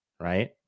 right